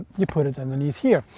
you put it underneath here.